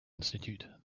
institute